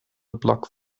block